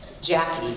Jackie